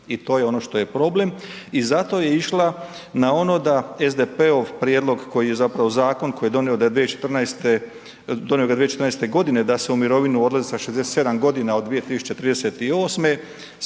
i to je ono što je problem i zato je išla na ono da SDP-ov prijedlog koji je zapravo zakon, donio ga 2014. g. da se u mirovinu odlazi sa 67 g. od 2038.,